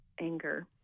anger